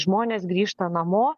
žmonės grįžta namo